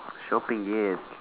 shopping yes